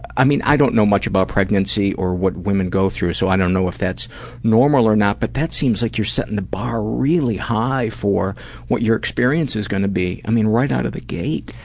i mean, i don't know much about pregnancy or what women go through so i don't know if that's normal or not, but that's seems like you're setting the bar really high for what you're your experience is going to be, i mean right out of the gate.